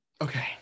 Okay